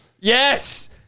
Yes